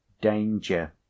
danger